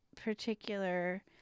particular